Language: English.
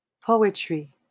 poetry